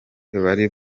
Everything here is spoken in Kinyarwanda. bari